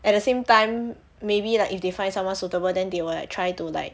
at the same time maybe like if they find someone suitable then they will like try to like